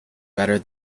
better